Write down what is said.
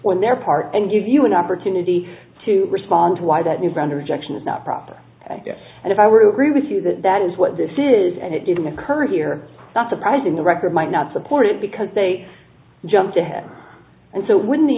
when they're part and give you an opportunity to respond why that new ground or junction is not proper and if i were to really see that that is what this is and it didn't occur here not surprising the record might not support it because they jumped ahead and so when the